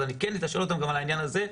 אז אני כן אתשאל אותם גם על העניין הזה,